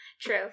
True